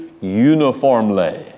uniformly